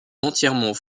entièrement